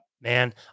man